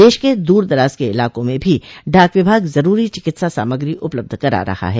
देश के दूर दराज के इलाकों में भी डाक विभाग जरूरी चिकित्सा सामग्री उपलब्ध करा रहा है